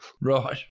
Right